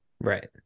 right